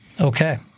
Okay